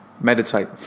meditate